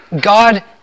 God